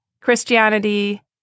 Christianity